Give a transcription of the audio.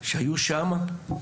שהיו שם.